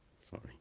sorry